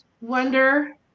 wonder